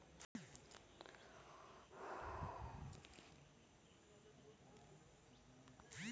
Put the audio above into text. महाकार्गोत खूप सारा सामान वाहून नेण्याची पात्रता असता